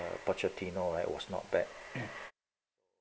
fortunately you know right was not bad